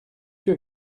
que